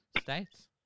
states